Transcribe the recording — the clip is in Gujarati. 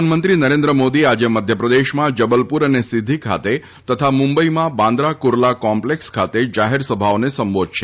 પ્રધાનમંત્રી નરેન્દ્ર મોદી આજે મધ્યપ્રદેશમાં જબલપુર અને સિધી ખાતે તથા મુંબઈમાં બાંદરા કુર્લા કોમ્પલેક્ષ ખાતે જાહેરસભાઓને સંબોધશે